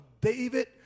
David